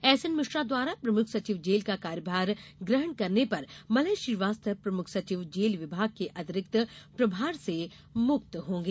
SN Mishra द्वारा प्रमुख सचिव जेल का कार्यभार ग्रहण करने पर मलय श्रीवास्तव प्रमुख सचिव जेल विभाग के अतिरिक्त प्रभार से मुक्त होंगे